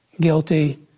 guilty